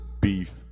beef